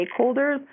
stakeholders